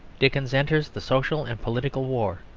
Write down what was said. dickens enters the social and political war,